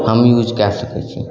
हम यूज कै सकै छी